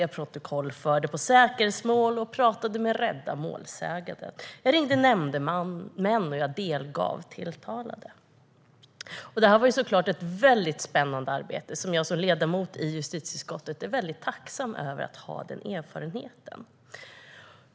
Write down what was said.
Jag protokollförde i säkerhetsmål och pratade med rädda målsägande. Jag ringde nämndemän och delgav tilltalade. Detta var såklart ett mycket spännande arbete, och jag som ledamot i justitieutskottet är mycket tacksam för att ha denna erfarenhet.